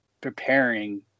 preparing